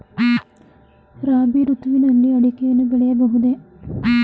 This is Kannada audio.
ರಾಬಿ ಋತುವಿನಲ್ಲಿ ಅಡಿಕೆಯನ್ನು ಬೆಳೆಯಬಹುದೇ?